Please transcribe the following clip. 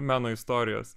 meno istorijos